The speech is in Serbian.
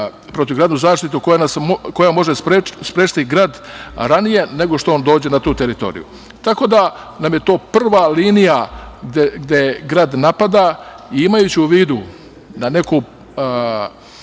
protivgradnu zaštitu koja može sprečiti grad ranije nego što on dođe na tu teritoriju. To nam je prva linija gde grad napada, imajući u vidu neku